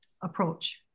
approach